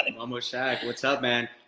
and momo shack, what's up, man?